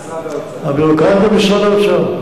של הביורוקרטיה במשרד האוצר.